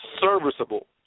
serviceable